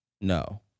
No